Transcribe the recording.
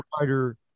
writer